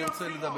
אני רוצה לדבר.